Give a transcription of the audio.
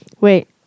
Wait